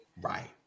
Right